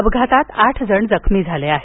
अपघातात आठ जण जखमी झाले आहेत